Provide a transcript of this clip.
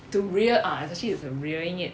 to rear ah actually is you rearing it